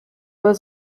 was